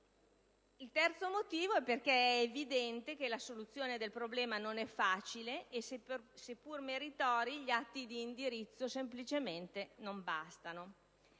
Il terzo motivo è perché è evidente che la soluzione del problema non è facile e, seppur meritori, gli atti di indirizzo semplicemente non bastano.